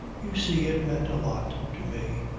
you see it meant a lot to me.